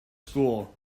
school